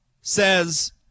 says